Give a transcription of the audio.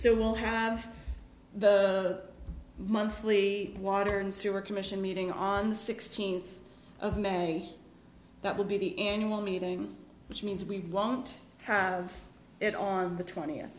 so we'll have the monthly water and sewer commission meeting on the sixteenth of may that will be the in one meeting which means we won't have it on the twentieth